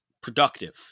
productive